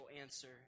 answer